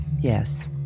yes